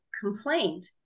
complaint